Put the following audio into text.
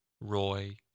Roy